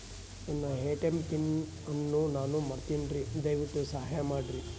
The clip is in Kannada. ನನ್ನ ಎ.ಟಿ.ಎಂ ಪಿನ್ ಅನ್ನು ನಾನು ಮರಿತಿನ್ರಿ, ದಯವಿಟ್ಟು ಸಹಾಯ ಮಾಡ್ರಿ